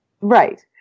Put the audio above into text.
Right